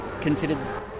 considered